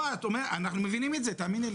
אנחנו מבינים את זה, תאמיני לי.